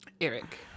Eric